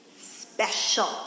special